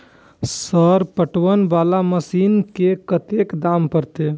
Sir पटवन वाला machine के कतेक दाम परतें?